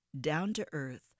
down-to-earth